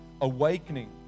awakening